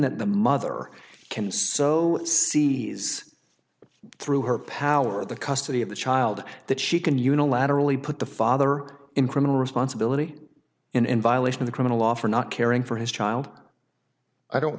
that the mother can so see through her power the custody of the child that she can unilaterally put the father in criminal responsibility in violation of the criminal law for not caring for his child i don't